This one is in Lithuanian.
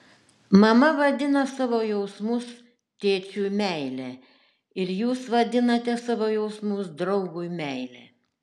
mama vadina savo jausmus tėčiui meile ir jūs vadinate savo jausmus draugui meile